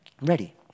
ready